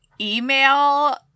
email